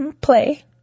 play